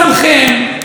מה זה הדבר הזה?